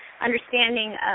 understanding